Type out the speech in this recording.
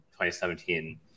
2017